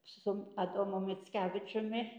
su adomu mickevičiumi